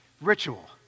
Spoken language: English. ritual